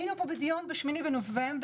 היינו כאן בדיון ב-8 בנובמבר.